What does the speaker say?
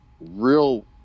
real